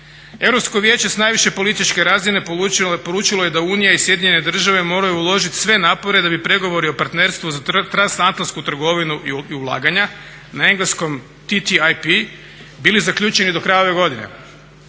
Europsko vijeće s najviše političke razine poručilo je da Unija i SAD moraju uložit sve napore da bi pregovori o partnerstvu, transatlantsku trgovinu i ulaganja, na engleskom TTIP, bili zaključeni do kraja ove godine.